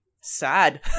sad